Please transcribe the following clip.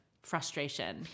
frustration